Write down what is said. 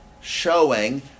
showing